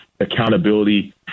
accountability